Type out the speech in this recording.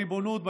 בריבונות,